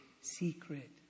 secret